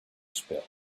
spilled